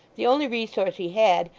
the only resource he had,